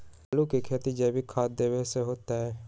आलु के खेती जैविक खाध देवे से होतई?